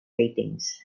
ratings